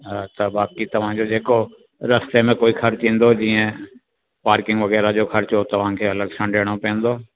त बाक़ी तव्हांजो जेको रस्ते में कोई ख़र्चु ईंदो जीअं पार्किंग वग़ैरह जो ख़र्चो तव्हांखे अलॻि सां ॾियणो पवंदो